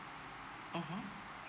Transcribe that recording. mmhmm